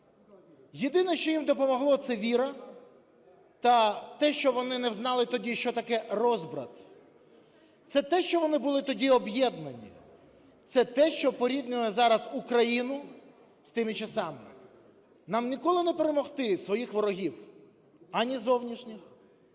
Єдине, що їм допомогло, - це віра та те, що вони не знали тоді, що таке розбрат, це те, що вони були тоді об'єднані, це те, що поріднює зараз Україну з тими часами. Нам ніколи не перемогти своїх ворогів, ані зовнішніх,